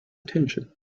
attention